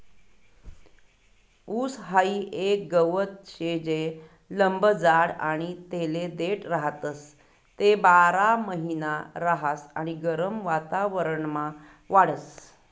ऊस हाई एक गवत शे जे लंब जाड आणि तेले देठ राहतस, ते बारामहिना रहास आणि गरम वातावरणमा वाढस